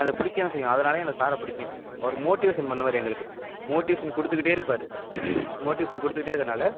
அது பிடிக்கவும் செய்யும் அதனால அந்த சாரை பிடிக்கும் அவரு மோட்டிவேஷன் பண்ணுவார் எங்களுக்கு மோட்டிவேஷன் கொடுத்துகிட்டே இருப்பார் மோட்டிவேஷன் கொடுத்துட்டே இருக்கனால